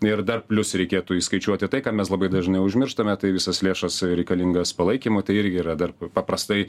ir dar plius reikėtų įskaičiuoti tai ką mes labai dažnai užmirštame tai visas lėšas reikalingas palaikymui tai irgi yra dar paprastai